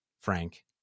frank